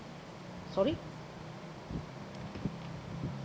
sorry